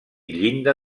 llinda